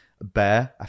bear